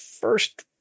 first